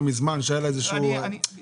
שהיה לה איזשהו חלק במדינה עוינת.